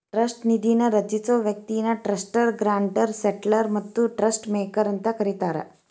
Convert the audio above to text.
trust ನಿಧಿನ ರಚಿಸೊ ವ್ಯಕ್ತಿನ ಟ್ರಸ್ಟರ್ ಗ್ರಾಂಟರ್ ಸೆಟ್ಲರ್ ಮತ್ತ ಟ್ರಸ್ಟ್ ಮೇಕರ್ ಅಂತ ಕರಿತಾರ